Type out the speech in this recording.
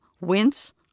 wince